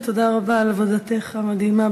ותודה רבה על עבודתך המדהימה